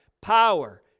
power